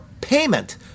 payment